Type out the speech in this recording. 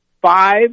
five